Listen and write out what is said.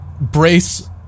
brace